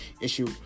issue